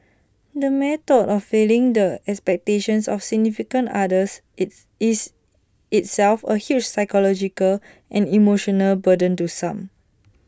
the mere thought of failing the expectations of significant others is is itself A huge psychological and emotional burden to some